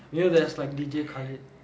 you know there's like D_J khalid that